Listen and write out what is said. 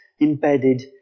embedded